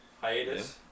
hiatus